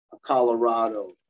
Colorado